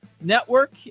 Network